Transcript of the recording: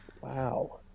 Wow